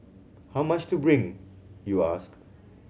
how much to bring you ask